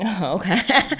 Okay